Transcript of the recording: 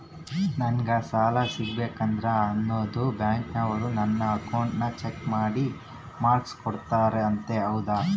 ನಂಗೆ ಸಾಲ ಸಿಗಬೇಕಂದರ ಅದೇನೋ ಬ್ಯಾಂಕನವರು ನನ್ನ ಅಕೌಂಟನ್ನ ಚೆಕ್ ಮಾಡಿ ಮಾರ್ಕ್ಸ್ ಕೋಡ್ತಾರಂತೆ ಹೌದಾ?